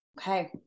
Okay